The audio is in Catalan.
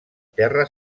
terra